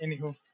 Anywho